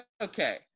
okay